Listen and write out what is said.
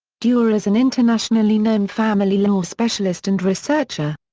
dewar is an internationally-known family law specialist and researcher.